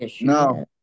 No